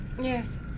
Yes